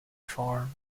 farm